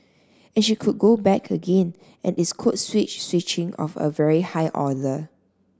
and she could go back again and it's code switch switching of a very high order